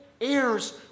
heirs